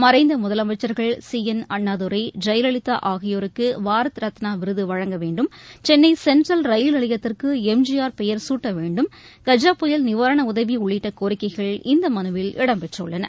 மறைந்த முதலமைச்சர்கள் C N Annadurai Jayalalithaa ஆகியோருக்கு பாரத் ரத்னா விருது வழங்க வேண்டும் சென்னை சென்ட்ரல் ரயில் நிலையத்திற்கு எம்ஜிஆர் பெயர் சூட்ட வேண்டும் கஜ புயல் நிவாரண உதவி உள்ளிட்ட கோரிக்கைகள் இந்த மனுவில் இடம்பெற்றுள்ளன